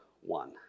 one